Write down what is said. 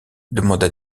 demanda